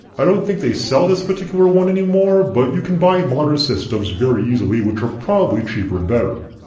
i don't think they sell this particular one anymore but you can buy modern systems very easily which are probably cheaper and better.